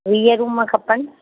वीह रुम खपनि